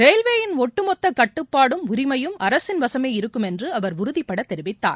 ரயில்வேயின் ஒட்டுமொத்தகட்டுப்பாடும் உரிமையும் அரசின் வசமே இருக்கும் என்றுஅவர் உறுதிபடதெரிவித்தார்